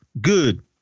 Good